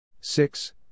six